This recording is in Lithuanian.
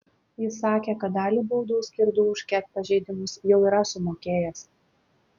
jis sakė kad dalį baudų skirtų už ket pažeidimus jau yra sumokėjęs